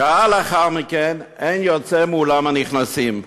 ושעה לאחר מכן, אין יוצא מאולם הנכנסים.